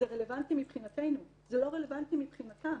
זה רלוונטי מבחינתנו, זה לא רלוונטי מבחינתם,